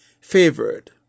favored